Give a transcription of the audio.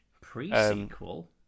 Pre-sequel